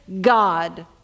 God